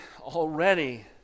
already